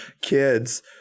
kids